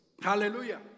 Hallelujah